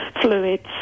fluids